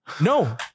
No